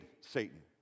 Satan